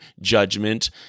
judgment